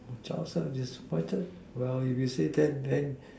just disappointed well you said that then